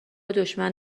دشمن